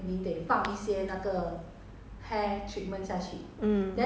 thirty more second mm